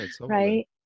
right